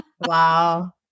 wow